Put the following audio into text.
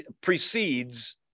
precedes